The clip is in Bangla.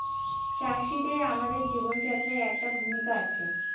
চাষিদের আমাদের জীবনযাত্রায় একটা ভূমিকা আছে